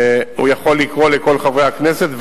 הוא יכול לקרוא לכל חברי הכנסת,